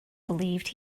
believed